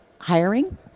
Hiring